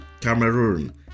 Cameroon